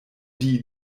die